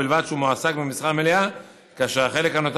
ובלבד שהוא מועסק במשרה מלאה והחלק הנותר